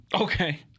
Okay